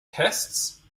tests